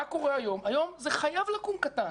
היום זה חייב להיות קטן